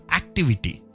activity